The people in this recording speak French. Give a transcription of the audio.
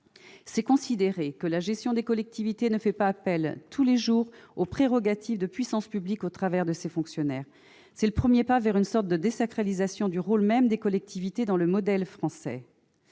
aussi considérer que la gestion des collectivités ne fait pas appel, jour après jour, aux prérogatives de puissance publique au travers de ses fonctionnaires. Ce serait le premier pas vers une sorte de désacralisation du rôle même des collectivités dans le modèle français.